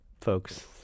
folks